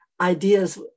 ideas